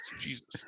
Jesus